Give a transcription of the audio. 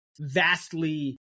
vastly